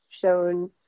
shown